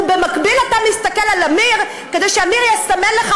ובמקביל אתה מסתכל על אמיר כדי שאמיר יסמן לך,